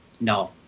No